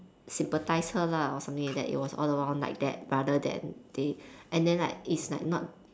sympathise her lah or something like that it was all along like that rather than they and then like is like not